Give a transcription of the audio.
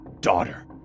daughter